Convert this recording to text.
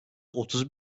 otuz